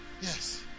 Yes